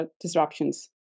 disruptions